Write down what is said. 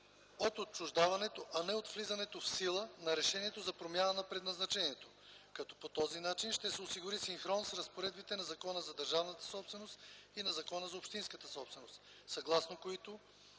от отчуждаването, а не от влизането в сила на решението за промяна на предназначението, като по този начин ще се осигури синхрон с разпоредбите на Закона за държавната собственост и на Закона за общинската собственост, съгласно които,